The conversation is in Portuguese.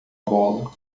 bola